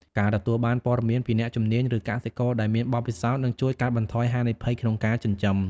ការទទួលបានព័ត៌មានពីអ្នកជំនាញឬកសិករដែលមានបទពិសោធន៍ នឹងជួយកាត់បន្ថយហានិភ័យក្នុងការចិញ្ចឹម។